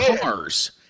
cars